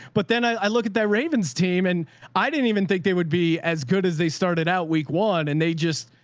but then i look at that ravens team and i didn't even think they would be as good as they started out week one. and they just,